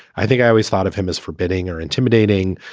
i think i always thought of him as forbidding or intimidating.